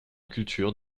culture